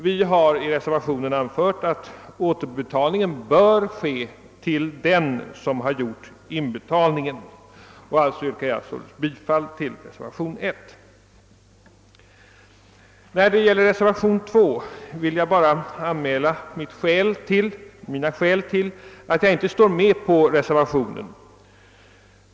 Vi har i reservationen anfört att återbetalning bör ske till den som har gjort inbetalningen, och jag yrkar bifall till reservationen 1. Jag vill sedan anföra skälen till att jag inte har undertecknat reservationen 2.